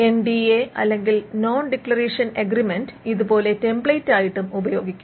N D A അല്ലെങ്കിൽ non disclosure agreement ഇത് പോലെ ടെംപ്ലേറ്റായും ഉപയോഗിക്കാം